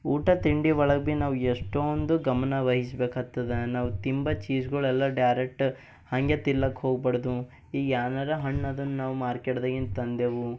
ಊಟ ತಿಂಡಿ ಒಳಗೆ ಬಿ ನಾವು ಎಷ್ಟೊಂದು ಗಮನವಹಿಸಬೇಕಾಗ್ತದೆ ನಾವು ತಿಂಬ ಚೀಝ್ಗುಳೆಲ್ಲ ಡ್ಯರೆಟ್ಟ ಹಂಗೆ ತಿನ್ಲಕ್ಕೆ ಹೋಬಾರ್ದು ಈಗ ಏನಾರ ಹಣ್ಣು ಅದನ್ನ ನಾವು ಮಾರ್ಕೆಟ್ದಾಗಿನ ತಂದೆವು